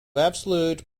absolute